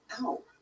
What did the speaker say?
Ow